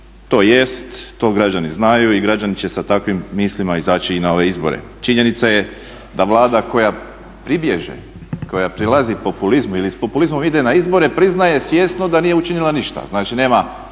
to jest, to građani znaju i građeni će sa takvim mislima izaći i na ove izbore. Činjenica je da Vlada koja pribježe, koja prilazi populizmu ili s populizmom ide na izbore priznaje svjesno da nije učinila ništa, znači nema